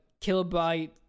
kilobyte